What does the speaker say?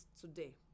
today